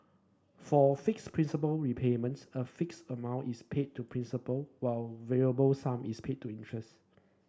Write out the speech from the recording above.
for fixed principal repayments a fixed amount is paid to principal while a variable sum is paid to interest